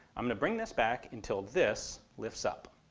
i'm going to bring this back until this lifts up.